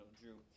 drew